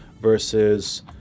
versus